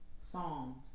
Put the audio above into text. Psalms